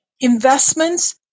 Investments